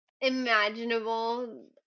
imaginable